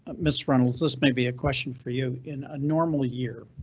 ah ms reynolds, this may be a question for you in a normal year,